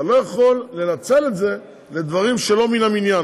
אתה לא יכול לנצל את זה לדברים שלא מן המניין,